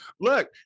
look